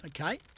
okay